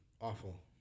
awful